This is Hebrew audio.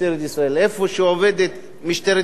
איפה שעובדת משטרת ישראל,